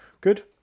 good